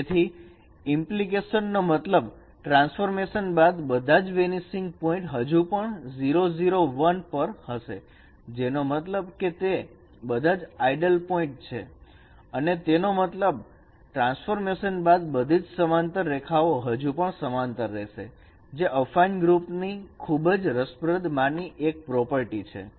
તેથી ઇમ્પ્લીકેશન નો મતલબ કે ટ્રાન્સફોર્મેશન બાદ બધા જ વેનિસિંગ પોઇન્ટ હજુ પણ પર હશે જેનો મતલબ કે તે બધા જ આઇડલ પોઇન્ટ છે અને તેનો મતલબ ટ્રાન્સફોર્મેશન બાદ બધી જ સમાંતર રેખાઓ હજુ પણ સમાંતર રહેશે જે અફાઈન ગ્રુપની ખૂબ જ રસપ્રદ માની એક પ્રોપર્ટી છે